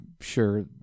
sure